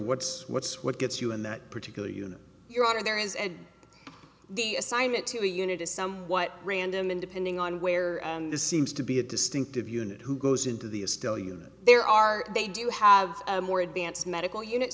what's what's what gets you in that particular unit you're out of there is and the assignment to a unit is somewhat random and depending on where this seems to be a distinctive unit who goes into the a still unit there are they do have a more advanced medical unit